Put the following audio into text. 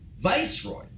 viceroy